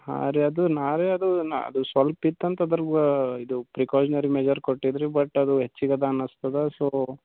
ಹಾಂ ರೀ ಅದು ನಾವೇ ಅದು ನಾ ಅದು ಸ್ವಲ್ಪ ಇತ್ತೂಂತ ಅದರ ವಾ ಇದು ಪ್ರಿಕಾಷ್ನರಿ ಮೆಷರ್ ಕೊಟ್ಟಿದ್ದು ರೀ ಬಟ್ ಅದು ಹೆಚ್ಚಿಗದೆ ಅನ್ನಿಸ್ತದ ಸೋ